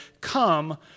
come